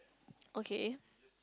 okay